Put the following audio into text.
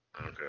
Okay